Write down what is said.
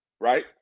right